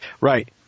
Right